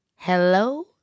Hello